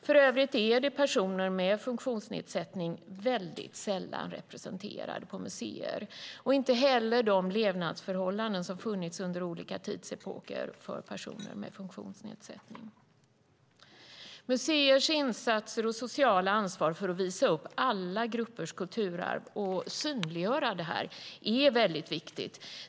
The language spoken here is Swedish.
För övrigt är personer med funktionsnedsättning väldigt sällan representerade på museer, liksom de levnadsförhållanden för personer med funktionsnedsättning som har funnits under olika tidsepoker. Museers insatser och sociala ansvar för att visa upp alla gruppers kulturarv och synliggöra detta är viktigt.